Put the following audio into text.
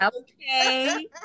okay